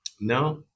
No